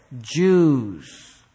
Jews